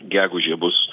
gegužę bus